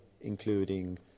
including